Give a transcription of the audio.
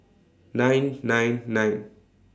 nine nine nine